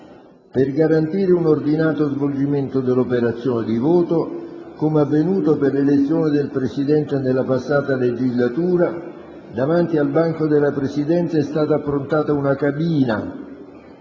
Per garantire un ordinato svolgimento delle operazioni di voto, come è avvenuto per l'elezione del Presidente nella passata legislatura, davanti al banco della Presidenza è stata approntata una cabina.